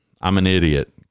I'm-an-idiot